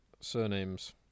surnames